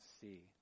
see